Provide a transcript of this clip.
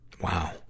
Wow